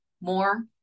more